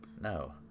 no